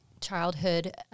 childhood